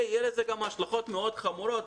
ויהיה לזה גם השלכות מאוד חמורות.